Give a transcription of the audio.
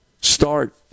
start